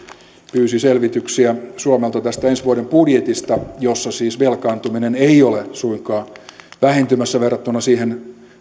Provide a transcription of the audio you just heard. pyysi selvityksiä suomelta tästä ensi vuoden budjetista jossa siis velkaantuminen ei ole suinkaan vähentymässä verrattuna siihen